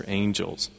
angels